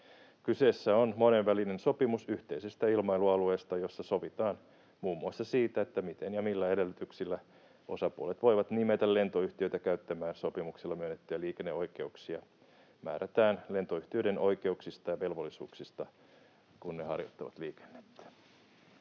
Kyseessä on monenvälinen sopimus yhteisestä ilmailualueesta, jossa sovitaan muun muassa siitä, miten ja millä edellytyksillä osapuolet voivat nimetä lentoyhtiöitä käyttämään sopimuksella myönnettyjä liikenneoikeuksia, ja määrätään lentoyhtiöiden oikeuksista ja velvollisuuksista, kun ne harjoittavat liikennettä.